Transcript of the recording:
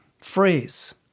phrase